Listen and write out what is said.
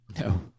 No